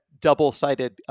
double-sided